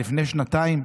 לפני שנתיים?